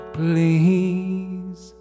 please